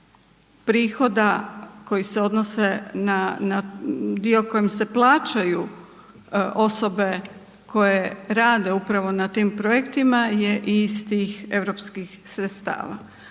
prihoda koji se odnose na dio kojim se plaćaju osobe koje rade upravo na tim projektima je iz tih europskih sredstava.